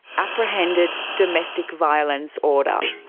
apprehended domestic violence order.